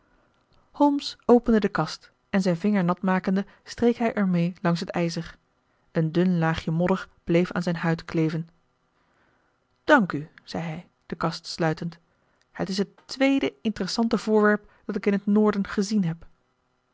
holmes opende de kast en zijn vinger nat makende streek hij er mee langs het ijzer een dun laagje modder bleef aan zijn huid kleven dank u zei hij de kast sluitend het is het tweede interessante voorwerp dat ik in het noorden gezien heb